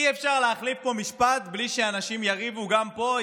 אי-אפשר להחליף פה משפט בלי שאנשים יריבו גם פה,